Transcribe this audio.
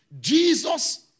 Jesus